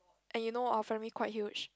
and you know our family quite huge